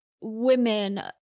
women